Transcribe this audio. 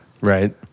Right